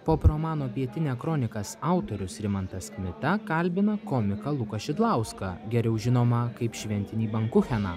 pop romano vietinia kronikas autorius rimantas kmita kalbina komiką luką šidlauską geriau žinomą kaip šventinį bankucheną